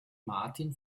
martin